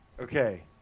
okay